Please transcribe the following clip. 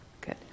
Good